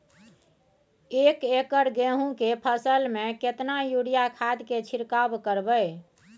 एक एकर गेहूँ के फसल में केतना यूरिया खाद के छिरकाव करबैई?